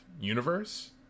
universe